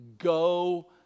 go